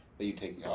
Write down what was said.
that you'd take